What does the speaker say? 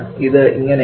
അത് ഇങ്ങനെയാണ്